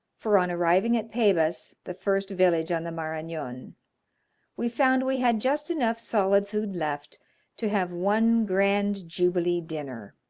for on arriving at pebas the first village on the maranon we found we had just enough solid food left to have one grand jubilee dinner.